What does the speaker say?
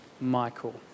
Michael